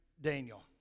Daniel